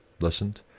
listened